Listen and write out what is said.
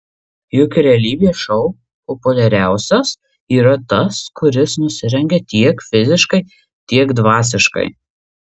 juk realybės šou populiariausias yra tas kuris nusirengia tiek fiziškai tiek dvasiškai